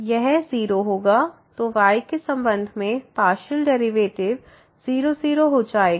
यह 0 होगा तो y के संबंध में पार्शियल डेरिवेटिव 0 0 हो जाएगा